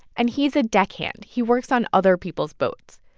and he's a deckhand. he works on other people's boats.